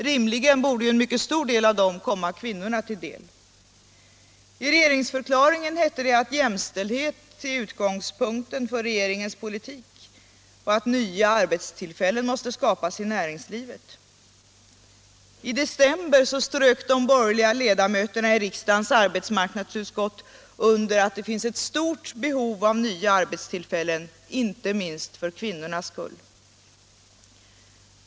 Rimligen borde en stor del av dem komma kvinnorna till del. I regeringsförklaringen hette det att jämställdhet mellan kvinnor och män är utgångspunkten för regeringens politik och att nya arbetstillfällen måste skapas i näringslivet. I december strök de borgerliga ledamöterna i riksdagens arbetsmarknadsutskott under att det finns ett stort behov av nya arbetstillfällen, inte minst för kvinnornas skull.